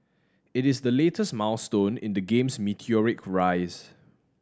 it is the latest milestone in the game's meteoric rise